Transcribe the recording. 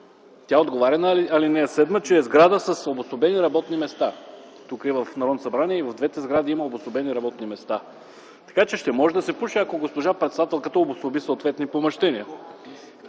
тя отговаря на ал. 7 с това, че е сграда с обособени работни места. Тук, в Народното събрание, и в двете му сгради има обособени работни места. Така че ще може да се пуши, ако госпожа председателката обособи съответни помещения.